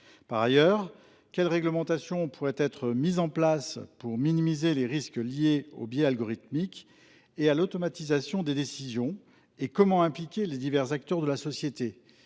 Par ailleurs, quelles réglementations pourraient être mises en place pour minimiser les risques liés aux biais algorithmiques et à l'automatisation des décisions et comment impliquer les divers acteurs de la société,